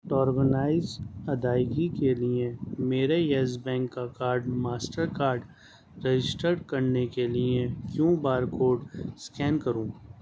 ادائیگی کے لیے میرے یس بینک کا کارڈ ماسٹر کارڈ رجسٹرڈ کرنے کے لیے کیوں بار کوڈ اسکین کرو